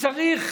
כשצריך